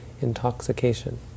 intoxication